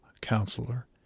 Counselor